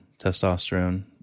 testosterone